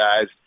guys